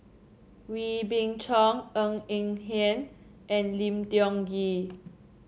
Wee Beng Chong Ng Eng Hen and Lim Tiong Ghee